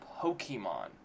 Pokemon